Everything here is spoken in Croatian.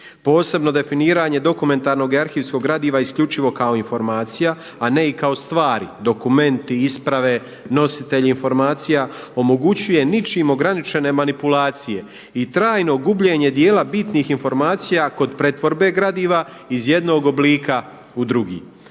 Posebno definiranje dokumentarnog i arhivskog gradiva isključivo kao informacija, a ne i kao stvari, dokumenti, isprave, nositelji informacija omogućuje ničim ograničene manipulacije i trajno gubljenje dijela bitnih informacija kod pretvorbe gradiva iz jednog oblika u drugi.